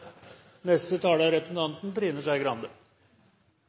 Neste taler er representanten Kjell Ingolf Ropstad og deretter representanten Trine Skei Grande.